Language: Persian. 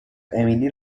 امیلی